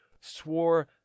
swore